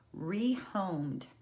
rehomed